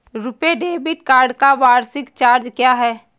RuPay debit card का वार्षिक charge क्या है?